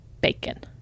bacon